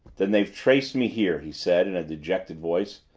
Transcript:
then they've traced me here, he said in a dejected voice.